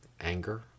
anger